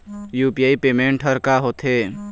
UPI payment हर का होते?